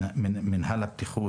מינהל הבטיחות,